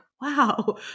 wow